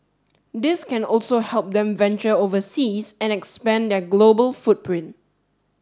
this can also help them venture overseas and expand their global footprint